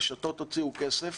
רשתות הוציאו כסף